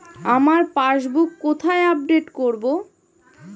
আমার পাসবুক কোথায় আপডেট করব?